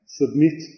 submit